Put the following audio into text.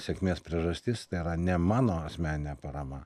sėkmės priežastis tai yra ne mano asmeninė parama